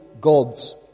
gods